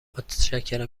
متشکرم